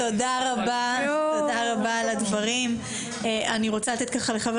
תודה רבה על הדברים ואני רוצה לתת לחבר